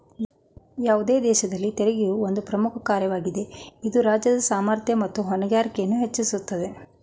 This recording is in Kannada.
ಯಾವುದೇ ದೇಶದಲ್ಲಿ ತೆರಿಗೆಯು ಒಂದು ಪ್ರಮುಖ ಕಾರ್ಯವಾಗಿದೆ ಇದು ರಾಜ್ಯದ ಸಾಮರ್ಥ್ಯ ಮತ್ತು ಹೊಣೆಗಾರಿಕೆಯನ್ನು ಹೆಚ್ಚಿಸುತ್ತದೆ